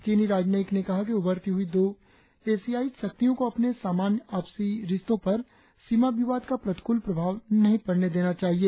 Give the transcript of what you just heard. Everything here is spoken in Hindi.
चीनी राजनयिक ने कहा कि उभरती हुई दो एशियाई शक्तियों को अपने सामान्य आपसी रिश्तों पर सीमा विवाद का प्रतिकुल प्रभाव नहीं पडने देना चाहिए